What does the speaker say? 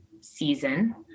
season